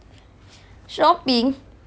shopping where you want to shop